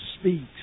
speaks